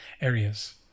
areas